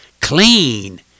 clean